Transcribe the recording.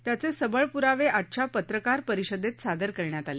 त्याचे सबळ प्रावे आजच्या पत्रकार परिषदेत सादर करण्यात आले